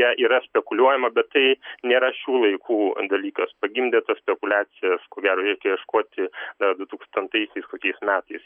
ja yra spekuliuojama bet tai nėra šių laikų dalykas pagimdė tas spekuliacijas ko gero reikia ieškoti dar du tūkstantaisiais kokiais metais